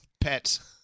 Pets